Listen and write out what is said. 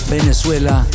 Venezuela